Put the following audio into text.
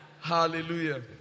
Hallelujah